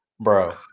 bro